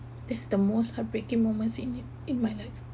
that's the most heartbreaking moments in in my life